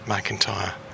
McIntyre